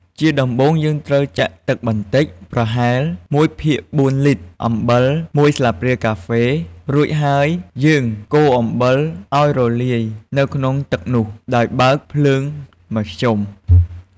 ជាដំំបូងយើងត្រូវចាក់ទឹកបន្តិច ប្រហែល ១ភាគ៤លីត្រ អំបិល ១ស្លាបព្រាកាហ្វេ រួចហើយយើងកូរអំបិលឱ្យរលាយនៅក្នុងទឹកនោះ ដោយបើកភ្លើងមធ្យម។